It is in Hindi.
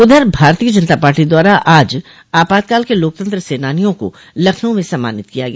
उधर भारतीय जनता पार्टी द्वारा आज आपातकाल के लोकतंत्र सेनानियों का लखनऊ में सम्मानित किया गया